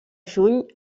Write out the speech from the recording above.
juny